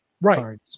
Right